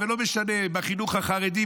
ולא משנה אם בחינוך החרדי,